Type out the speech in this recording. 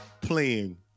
playing